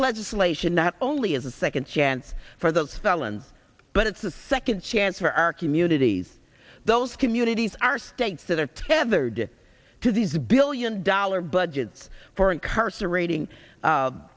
legislation not only is a second chance for those felons but it's a second chance for our communities those communities are states that are tethered to these billion dollar budgets for incarcerat